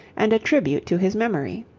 and a tribute to his memory.